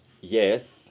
Yes